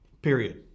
period